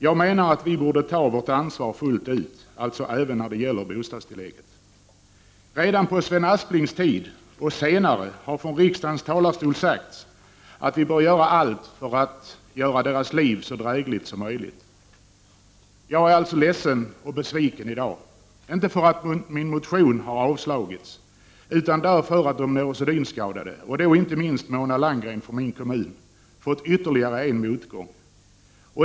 Jag menar att vi borde ta vårt ansvar fullt ut, alltså även när det gäller bostadstillägget. Redan på Sven Asplings tid, och senare, har från riksdagens talarstol sagts att vi bör göra allt för att de neurosedynskadades liv skall bli så drägligt som möjligt. Jag är alltså ledsen och besviken i dag, inte för att min motion har avstyrkts, utan därför att de neurosedynskadade, och då inte minst Mona Landgren från min kommun, har fått ytterligare en motgång.